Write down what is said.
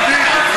לא.